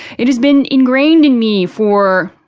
it has been engrained in me for,